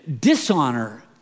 dishonor